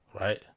right